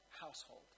household